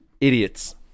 idiots